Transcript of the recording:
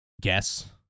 guess